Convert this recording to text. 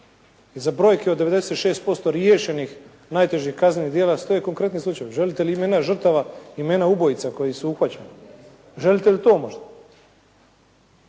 Iza brojke od 96% riješenih najtežih kaznenih djela stoje konkretni slučajevi. Želite li imena žrtava, imena ubojica koji su uhvaćeni? Želite li to možda?